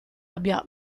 abbia